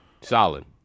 solid